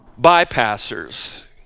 bypassers